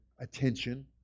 attention